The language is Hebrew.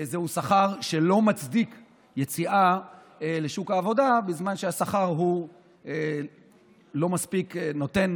זהו שכר שלא מצדיק יציאה לשוק העבודה בזמן שהשכר לא מספיק נותן